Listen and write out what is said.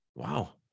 wow